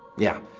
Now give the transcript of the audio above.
yeah,